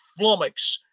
flummox